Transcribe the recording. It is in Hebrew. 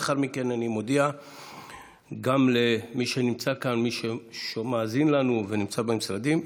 אני מודיע למי שנמצא כאן וגם למי שמאזין לנו ונמצא במשרדים: